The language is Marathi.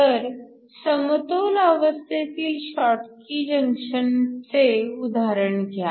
तर समतोल अवस्थेतील शॉटकी जंक्शनचे उदाहरण घ्या